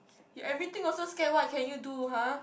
you everything also scared what can you do !huh!